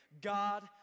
God